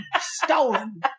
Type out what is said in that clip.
Stolen